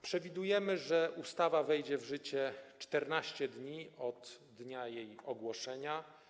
Przewidujemy, że ustawa wejdzie w życie 14 dni od dnia jej ogłoszenia.